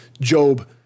Job